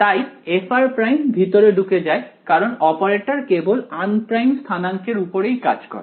তাই fr′ ভিতরে ঢুকে যায় কারণ অপারেটর কেবল আনপ্রাইম স্থানাঙ্কের উপরেই কাজ করে